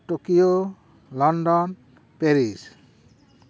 Tokyo London Paris